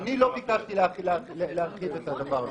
--- אני לא ביקשתי להחריג את הדבר הזה.